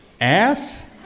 ass